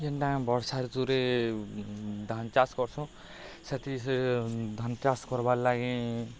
ଯେନ୍ତା ଆମେ ବର୍ଷା ଋତୂରେ ଧାନ୍ ଚାଷ୍ କର୍ସୁଁ ସେଥି ସେ ଧାନ୍ ଚାଷ୍ କର୍ବାର୍ ଲାଗି